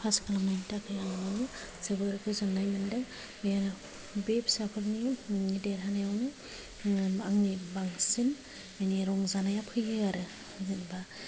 pass खालामनायनि थाखाय आङो जोबोर गोजोननाय मोन्दों बे बे फिसाफोरनि माने देरहानायावनो आंनि बांसिन माने रंजानाया फैयो आरो जेनेबा